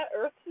Earth